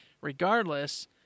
Regardless